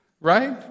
Right